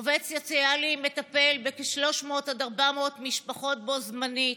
עובד סוציאלי מטפל בכ-300 400 משפחות בו-זמנית,